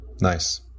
Nice